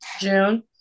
June